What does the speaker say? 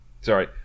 Sorry